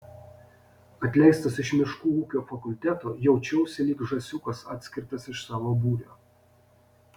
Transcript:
atleistas iš miškų ūkio fakulteto jaučiausi lyg žąsiukas atskirtas iš savo būrio